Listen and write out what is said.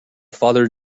father